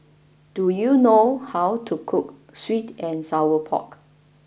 do you know how to cook Sweet and Sour Pork